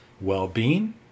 well-being